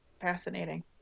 fascinating